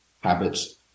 habits